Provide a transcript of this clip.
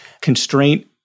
constraint